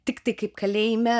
tiktai kaip kalėjime